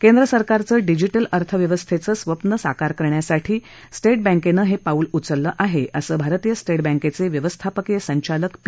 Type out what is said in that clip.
केंद्र सरकारचं डिजीटल अर्थव्यवस्थेचं स्वप्न साकार करण्यासाठी स्टेट बँकेनं हे पाऊल उचलले आहे असं स्टेट बँक ऑफ डियाचे व्यवस्थापकीय संचालक पी